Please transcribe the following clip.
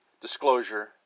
disclosure